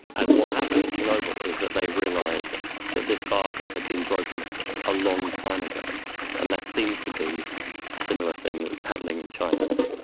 and what happened in chernobyl is that they realized that this bargain had been broken ah a long time ago and that seems to be a similar thing that's happening in china now.